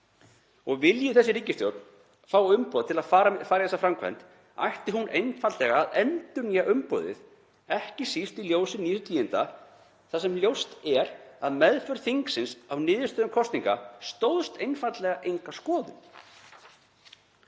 Vilji þessi ríkisstjórn fá umboð til að fara í þessa framkvæmd ætti hún einfaldlega að endurnýja umboðið, ekki síst í ljósi nýjustu tíðinda þar sem ljóst er að meðferð þingsins á niðurstöðum kosninga stóðst einfaldlega enga skoðun.